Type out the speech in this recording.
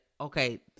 okay